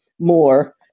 more